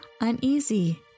uneasy